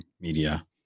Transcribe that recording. media